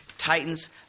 Titans